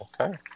okay